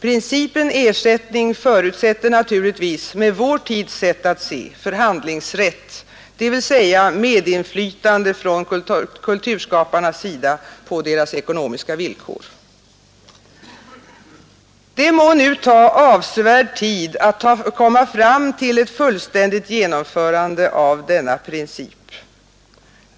Principen ersättning förutsätter naturligtvis, med vår tids sätt att se, förhandlingsrätt, dvs. medinflytande från kulturskaparnas sida på deras ekonomiska villkor. Det må ta avsevärd tid att nå fram till ett fullständigt genomförande av denna princip.